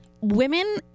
women